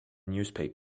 newspapers